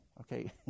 okay